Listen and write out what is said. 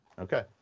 Okay